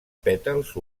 pètals